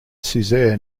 cesare